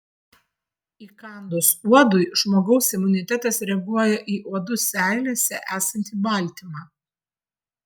įkandus uodui žmogaus imunitetas reaguoja į uodų seilėse esantį baltymą